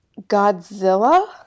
Godzilla